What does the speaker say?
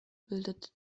bildet